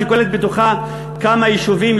שכוללת בתוכה כמה יישובים,